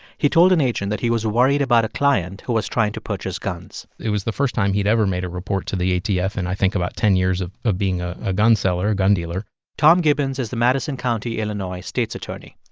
he told an agent that he was worried about a client who was trying to purchase guns it was the first time he'd ever made a report to the atf, in, i think, about ten years of of being a a gun seller, a gun dealer tom gibbons is the madison county, ill, and state's attorney.